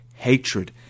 hatred